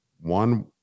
one